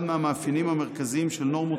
אחד מהמאפיינים המרכזיים של נורמות